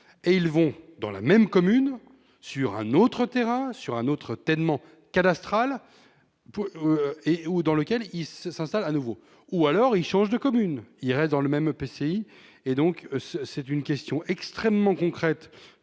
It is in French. ceux-ci vont dans la même commune sur un autre terrain, sur un autre tènement cadastral où ils s'installent de nouveau ou bien ils changent de commune, mais restent dans le même EPCI. Il s'agit d'une question extrêmement concrète